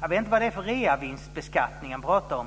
Jag vet inte vad det är för reavinstbeskattning man pratar om.